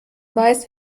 weiß